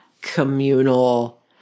communal